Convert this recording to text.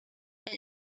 and